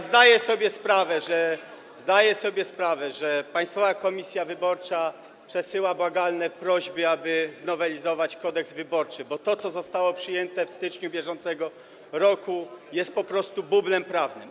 Zdaję sobie sprawę, że Państwowa Komisja Wyborcza przesyła błagalne prośby, aby znowelizować Kodeks wyborczy, bo to, co zostało przyjęte w styczniu br., jest po prostu bublem prawnym.